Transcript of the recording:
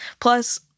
Plus